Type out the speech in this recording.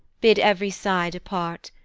bid ev'ry sigh depart,